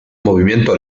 movimiento